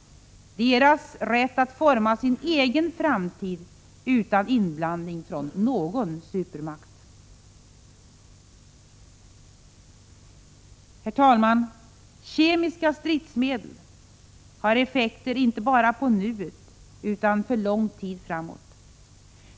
— deras rätt att forma sin egen framtid utan inblandning från någon supermakt. Herr talman! Kemiska stridsmedel har effekter inte bara på nuet utan för lång tid framåt.